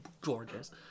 gorgeous